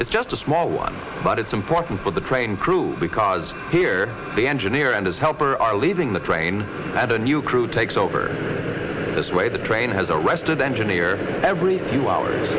it's just a small one but it's important for the train crew because here the engineer and his helper are leaving the train at a new crew takes over this way the train has arrested engineer every few hours